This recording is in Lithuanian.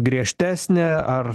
griežtesnė ar